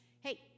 Hey